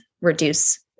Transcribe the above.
reduce